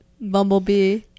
Bumblebee